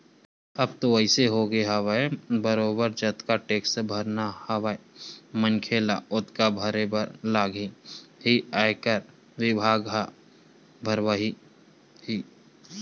अब तो अइसे होगे हवय बरोबर जतका टेक्स भरना हवय मनखे ल ओतका भरे बर लगही ही आयकर बिभाग ह भरवाही ही